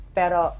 pero